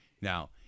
now